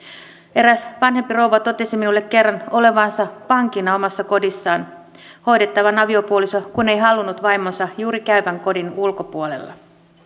eräs vanhempi rouva totesi minulle kerran olevansa vankina omassa kodissaan hoidettava aviopuoliso kun ei halunnut vaimonsa juuri käyvän kodin ulkopuolella